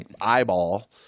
eyeball